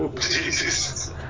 Jesus